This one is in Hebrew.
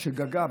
שגגה,